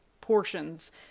portions